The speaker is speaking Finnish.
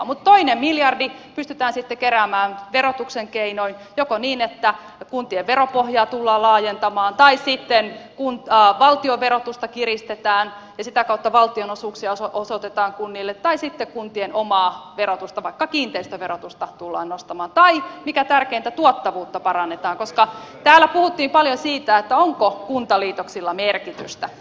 mutta toinen miljardi pystytään sitten keräämään verotuksen keinoin joko niin että kuntien veropohjaa tullaan laajentamaan tai sitten valtionverotusta kiristetään ja sitä kautta valtionosuuksia osoitetaan kunnille tai sitten kuntien omaa verotusta vaikka kiinteistöverotusta tullaan nostamaan tai mikä tärkeintä tuottavuutta parannetaan koska täällä puhuttiin paljon siitä onko kuntaliitoksilla merkitystä